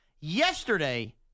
Yesterday